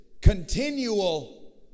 Continual